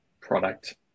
product